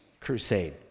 crusade